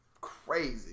crazy